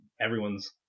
everyone's